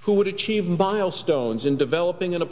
who would achieve bile stones in developing and